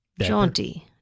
jaunty